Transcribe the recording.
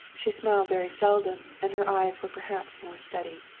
she smiled very seldom, and her eyes were perhaps more steady.